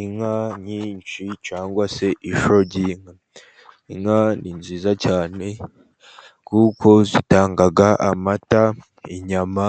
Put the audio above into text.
Inka nyinshi cyangwa se ishyo ry'inka. Inka ni nziza cyane, kuko zitanga amata, inyama